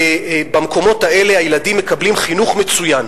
במקומות האלה הילדים מקבלים חינוך מצוין.